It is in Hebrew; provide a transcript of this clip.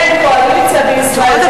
אין קואליציה בישראל.